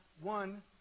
One